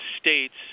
States